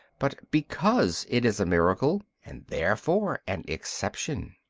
but because it is a miracle, and therefore an exception.